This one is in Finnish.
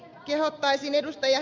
kehottaisin ed